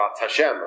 Hashem